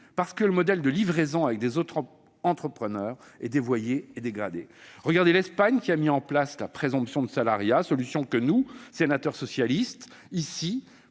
parce que le modèle de livraison avec des autoentrepreneurs est dévoyé et dégradé. Regardez l'Espagne, qui a mis en place la présomption de salariat, solution que nous, sénateurs socialistes,